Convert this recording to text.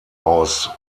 aus